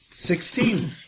Sixteen